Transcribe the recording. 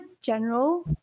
general